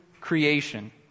creation